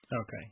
Okay